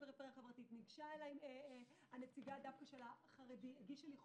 הפריפריה החברתית ואז ניגשה אליי נציגת החרדים והגישה לי חוברת.